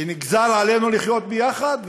שנגזר עלינו לחיות ביחד,